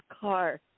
car